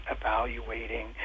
evaluating